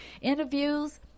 interviews